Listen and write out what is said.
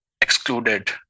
excluded